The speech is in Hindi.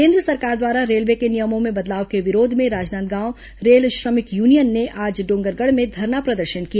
केन्द्र सरकार द्वारा रेलवे के नियमों में बदलाव के विरोध में राजनांदगांव रेल श्रमिक यूनियन ने आज डोंगरगढ़ में धरना प्रदर्शन किया